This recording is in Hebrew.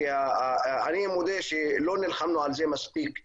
אני מודה שלא נלחמנו על זה מספיק ב-922,